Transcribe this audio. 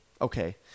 Okay